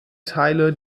teile